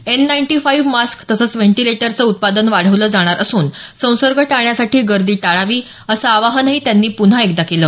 N ninety five mask तसंच व्हॅंटिलेटरचं उत्पादन वाढवलं जाणार असून संसर्ग टाळण्यासाठी गर्दी टाळावी असं आवाहनही त्यांनी पुन्हा एकदा केलं